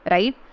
Right